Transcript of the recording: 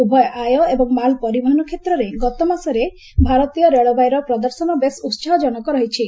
ଉଭୟ ଆୟ ଏବଂ ମାଲ୍ ପରିବହନ କ୍ଷେତ୍ରରେ ଗତ ମାସରେ ଭାରତୀୟ ରେଳବାଇର ପ୍ରଦର୍ଶନ ବେଶ୍ ଉତ୍ସାହଜନକ ରହିଛି